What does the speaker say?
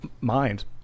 mind